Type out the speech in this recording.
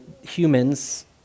humans